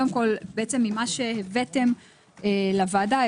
מה שהבאתם לוועדה,